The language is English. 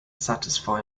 satisfy